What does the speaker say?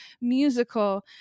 musical